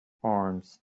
arms